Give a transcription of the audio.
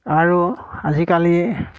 আৰু আজিকালি